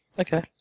Okay